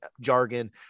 jargon